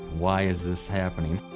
why is this happening?